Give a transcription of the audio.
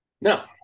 Now